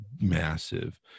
massive